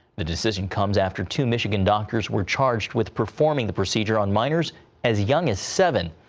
the decision comes after two michigan doctors were charged with performing the procedure on miners as young as seven.